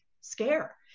scare